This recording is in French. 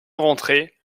rentré